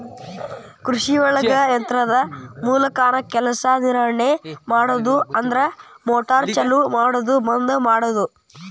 ಕೃಷಿಒಳಗ ಯಂತ್ರದ ಮೂಲಕಾನ ಕೆಲಸಾ ನಿರ್ವಹಣೆ ಮಾಡುದು ಅಂದ್ರ ಮೋಟಾರ್ ಚಲು ಮಾಡುದು ಬಂದ ಮಾಡುದು